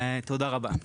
תודה רבה.